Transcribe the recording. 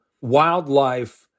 wildlife